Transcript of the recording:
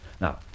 Now